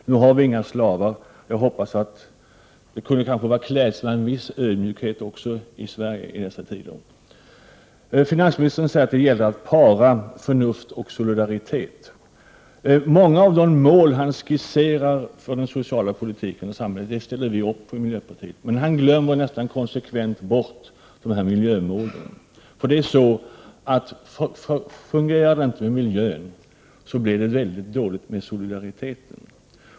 Nu har vi inga slavar. Men det kunde kanske vara klädsamt med en viss ödmjukhet också i Sverige i dessa tider. Finansministern säger att det gäller att para förnuft och solidaritet. Många av de mål han skisserar för den sociala politiken i samhället ställer vi upp på i miljöpartiet. Men han glömmer nästan konsekvent bort miljömålen. Fungerar det inte med miljön, så blir det väldigt dåligt med solidariteten.